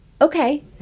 Okay